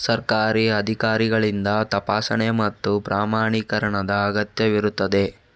ಸರ್ಕಾರಿ ಅಧಿಕಾರಿಗಳಿಂದ ತಪಾಸಣೆ ಮತ್ತು ಪ್ರಮಾಣೀಕರಣದ ಅಗತ್ಯವಿರುತ್ತದೆ